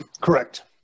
Correct